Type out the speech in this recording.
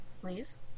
Please